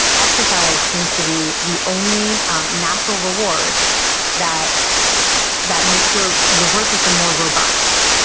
exercise seems to be the only natural reward that that makes your reward system more robust.